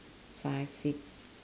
five six